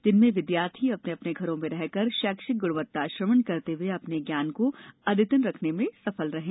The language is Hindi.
जिनसे विद्यार्थी अपने अपने घरों में रहकर शैक्षिक गुणवत्तापूर्ण श्रवण करते हुये अपने ज्ञान को अद्यतन रखने में सफल रहे है